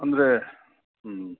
ಅಂದರೆ ಹ್ಞೂ